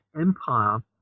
empire